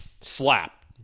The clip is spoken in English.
slap